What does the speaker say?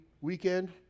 weekend